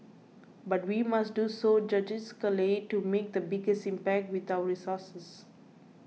but we must do so judiciously to make the biggest impact with our resources